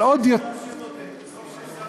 אבל עוד, טוב שיש שר שמודה.